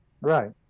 Right